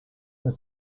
for